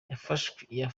yafashwe